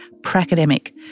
pracademic